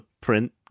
print